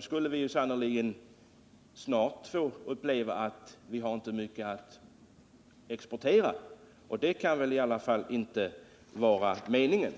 skulle vi sannerligen med industriministerns resonemang snart få uppleva att vi inte har mycket att exportera. Och det kan väl i alla fall inte vara meningen.